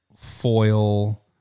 foil